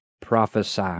prophesy